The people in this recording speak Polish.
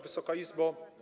Wysoka Izbo!